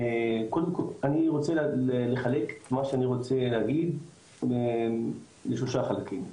אני רוצה לחלק את מה שאני רוצה להגיד לשלושה חלקים.